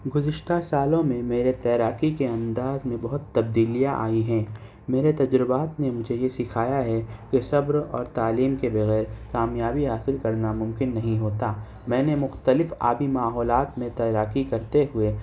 گذشتہ سالوں میں میرے تیراکی کے انداز میں بہت تبدیلیاں آئی ہیں میرے تجربات نے مجھے یہ سکھایا ہے کہ صبر اور تعلیم کے بغیر کامیابی حاصل کرنا ممکن نہیں ہوتا میں نے مختلف آبی ماحولات میں تیراکی کرتے ہوئے